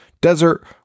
desert